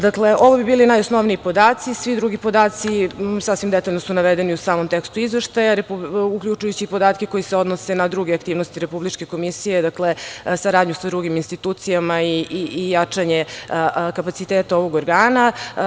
Dakle, ovo bi bili najosnovniji podaci, svi drugi podaci sasvim detaljno su navedeni u samom tekstu izveštaja, uključujući i podatke koji se odnose na druge aktivnosti Republičke komisije, dakle saradnju sa drugim institucijama i jačanje kapaciteta ovog organa.